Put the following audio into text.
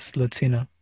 latina